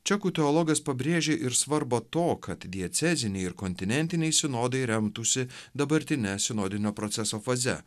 čekų teologas pabrėžė ir svarbą to kad dieceziniai ir kontinentiniai sinodai remtųsi dabartine sinodinio proceso faze